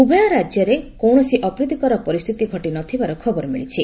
ଉଭୟ ରାଜ୍ୟରେ କୌଣସି ଅପ୍ରୀତିକର ପରିସ୍ଥିତି ଘଟି ନ ଥିବାର ଖବର ମିଳିଛି